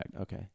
Okay